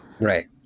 Right